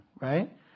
right